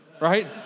right